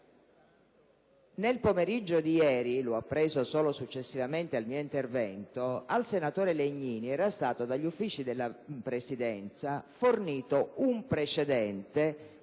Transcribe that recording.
Nel pomeriggio di ieri - l'ho appreso solo successivamente al mio intervento - al senatore Legnini era stato fornito dagli Uffici della Presidenza un precedente